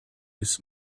his